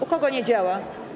U kogo nie działa?